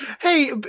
Hey